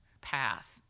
path